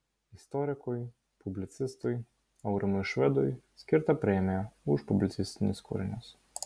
istorikui publicistui aurimui švedui skirta premija už publicistinius kūrinius